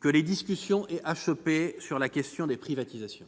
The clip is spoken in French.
que les discussions aient achoppé sur les privatisations,